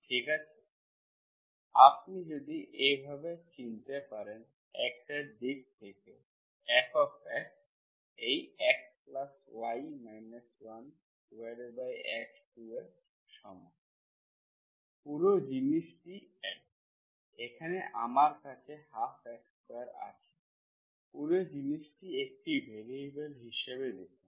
ঠিক আছে আপনি যদি এইভাবে চিনতে পারেন x এর দিক থেকে f এই xy 1x2এর সমান পুরো জিনিসটি x এখানে আমার কাছে 12 x2 আছে পুরো জিনিসটি একটি ভ্যারিয়েবল হিসাবে দেখুন